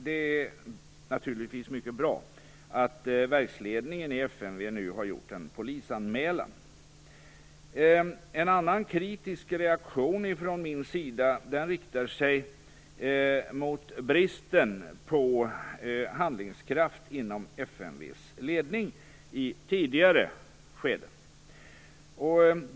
Det är naturligtvis mycket bra att verksledningen i FMV nu har gjort en polisanmälan. En annan kritisk reaktion från min sida riktar sig mot bristen på handlingskraft inom FMV:s ledning i ett tidigare skede.